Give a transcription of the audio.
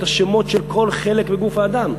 את השמות של כל חלק בגוף האדם.